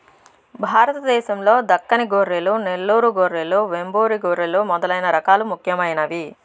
భారతదేశం లో దక్కని గొర్రెలు, నెల్లూరు గొర్రెలు, వెంబూరు గొర్రెలు మొదలైన రకాలు ముఖ్యమైనవి